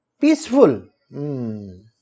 peaceful